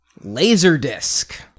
Laserdisc